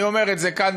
אני אומר את זה כאן,